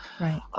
Right